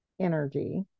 energy